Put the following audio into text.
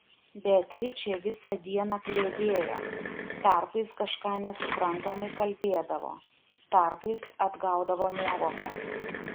beatričė visą dieną kliedėjo tarpais kažką nesuprantamai kalbėdavo tarpais atgaudavo nuovoką